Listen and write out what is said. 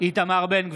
איתמר בן גביר,